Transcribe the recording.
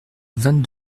vingt